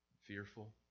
fearful